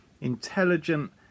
intelligent